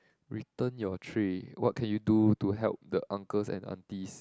return your tray what can you do to help the uncles and aunties